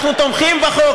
אנחנו תומכים בחוק,